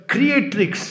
Creatrix